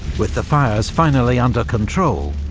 with the fires finally under control,